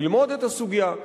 ללמוד את הסוגיה.